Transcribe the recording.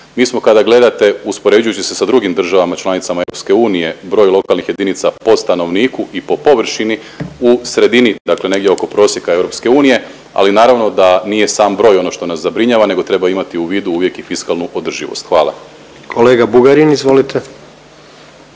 Mi smo kada gledate uspoređujući se sa drugim državama članicama EU broj lokalnih jedinica po stanovniku i po površini u sredini, dakle negdje oko prosjeka EU ali naravno da nije sam broj ono što nas zabrinjava nego treba imati u vidu uvijek i fiskalnu održivost. Hvala. **Jandroković,